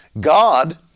God